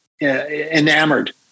enamored